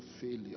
failure